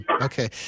Okay